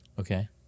Okay